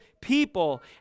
people